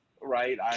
Right